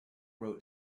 wrote